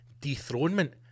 dethronement